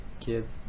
Kids